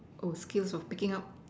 oh skills of picking up